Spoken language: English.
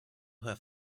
have